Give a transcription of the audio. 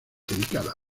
dedicada